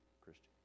Christian